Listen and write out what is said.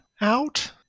out